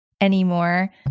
anymore